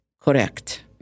correct